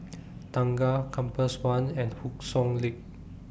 Tengah Compass one and Hock Soon Lane